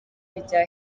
rya